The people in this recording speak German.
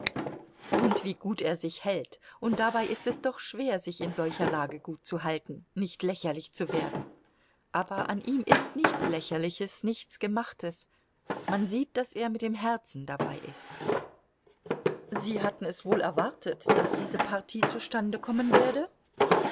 und wie gut er sich hält und dabei ist es doch schwer sich in solcher lage gut zu halten nicht lächerlich zu werden aber an ihm ist nichts lächerliches nichts gemachtes man sieht daß er mit dem herzen dabei ist sie hatten es wohl erwartet daß diese partie zustande kommen werde